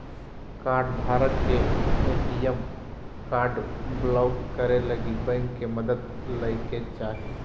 कार्डधारक के ATM card block करे लगी बैंक के मदद लय के चाही